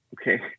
Okay